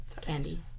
Candy